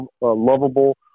lovable